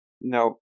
No